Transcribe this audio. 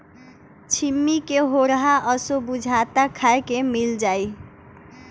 छिम्मी के होरहा असो बुझाता खाए के मिल जाई